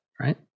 Right